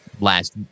last